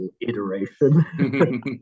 iteration